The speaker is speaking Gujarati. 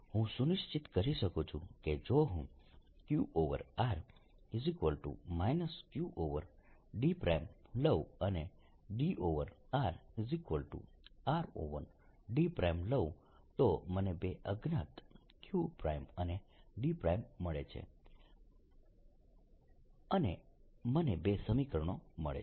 હું સુનિશ્ચિત કરી શકું છું કે જો હું qr qd લઉં અને drRd લઉં તો મને બે અજ્ઞાત q અને d મળે છે અને મને બે સમીકરણો મળે છે